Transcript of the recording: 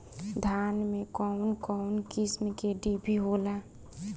धान में कउन कउन किस्म के डिभी होला?